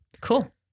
Cool